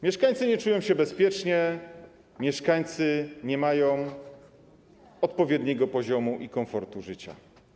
Mieszkańcy nie czują się bezpiecznie, mieszkańcy nie mają odpowiedniego poziomu i komfortu życia.